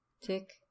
tick